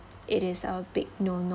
it is a big no-no